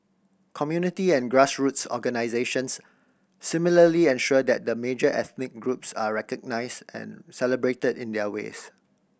community and grassroots organisations similarly ensure that the major ethnic groups are recognised and celebrated in their ways